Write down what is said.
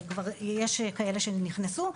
אבל כבר יש כאלה שנכנסו.